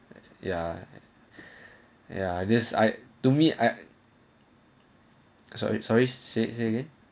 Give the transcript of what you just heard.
ya ya this I to me I sorry sorry say it